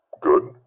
good